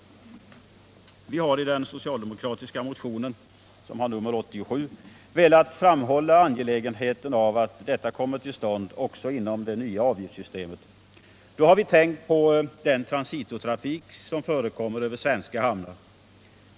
Vi har i den socialdemokratiska motionen, med nr 87, velat framhålla angelägenheten av att detta kommer till stånd också inom det nya avgiftssystemet. Då har vi tänkt på den transitotrafik som förekommer över svenska hamnar.